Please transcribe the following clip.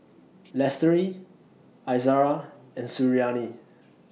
Lestari Izara and Suriani